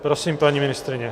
Prosím, paní ministryně.